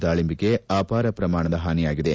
ದಾಳಂಬೆಗೆ ಅಪಾರ ಪ್ರಮಾಣದ ಹಾನಿಯಾಗಿದೆ